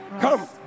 come